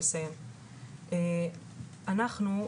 אנחנו,